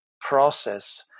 process